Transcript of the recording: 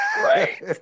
Right